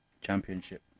championship